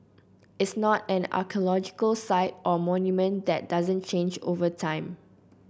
its not an archaeological site or monument that doesn't change over time